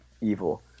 evil